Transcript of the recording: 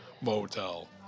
motel